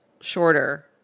shorter